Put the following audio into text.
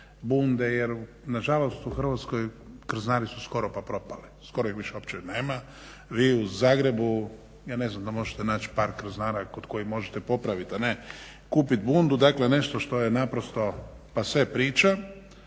bunde, jer na žalost u Hrvatskoj krznari su skoro pa propali, skoro ih više uopće nema, vi u Zagrebu ja ne znam da možete naći par krznara kod kojih možete popraviti a ne kupiti bundu, dakle nešto što je naprosto passe priča.